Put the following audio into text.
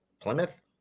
Plymouth